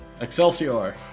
excelsior